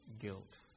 guilt